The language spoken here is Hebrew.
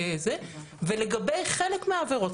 לגבי חלק מהעבירות,